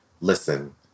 Listen